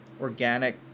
organic